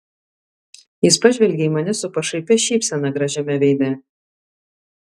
jis pažvelgė į mane su pašaipia šypsena gražiame veide